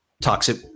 Toxic